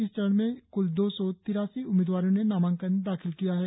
इस चरण में कुल दो सौ तिरासी उम्मीदवारों ने नामांकन दाखिल किया है